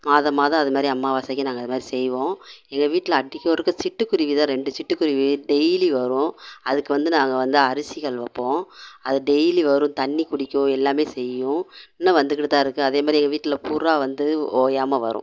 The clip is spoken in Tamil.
மாதம் மாதம் அது மாதிரி அமாவாசைக்கு நாங்கள் அது மாதிரி செய்வோம் எங்கள் வீட்டில அடிக்கொருக்கா சிட்டுக்குருவி தான் ரெண்டு சிட்டுக்குருவி டெய்லி வரும் அதுக்கு வந்து நாங்கள் வந்து அரிசிகள் வைப்போம் அது டெய்லி வரும் தண்ணிக்குடிக்கும் எல்லாமே செய்யும் இன்னும் வந்துக்கிட்டு தான் இருக்கு அதே மாதிரி எங்கள் வீட்டில புறா வந்து ஓயாமல் வரும்